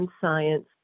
science